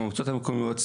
המועצות המקומיות,